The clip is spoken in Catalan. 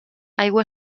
aigua